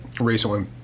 recently